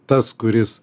tas kuris